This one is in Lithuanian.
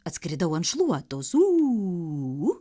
atskridau ant šluotos ū u